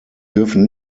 dürfen